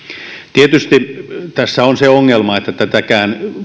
tietysti tässä on se ongelma että tätäkään